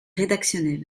rédactionnel